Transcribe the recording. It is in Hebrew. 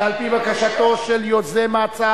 ועל-פי בקשתו של יוזם ההצעה,